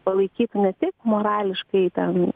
palaikytų ne tik morališkai ten